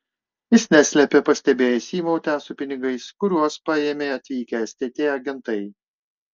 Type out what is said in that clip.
jis neslėpė pastebėjęs įmautę su pinigais kuriuos paėmė atvykę stt agentai